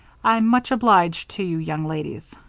i'm much obliged to you young ladies.